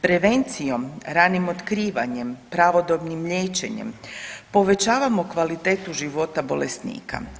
Prevencijom, ranim otkrivanjem, pravodobnim liječenjem povećavamo kvalitetu života bolesnika.